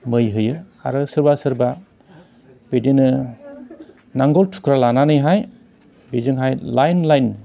मै होयो आरो सोरबा सोरबा बिदिनो नांगोल थुख्रा लानानैहाय बेजोंहाय लाइन लाइन